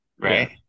right